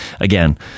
again